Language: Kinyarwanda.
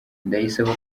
ndayisaba